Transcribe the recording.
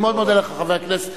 אני מאוד מודה לך, חבר הכנסת.